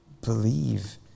believe